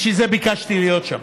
בשביל זה ביקשתי להיות שם,